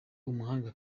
umuhanga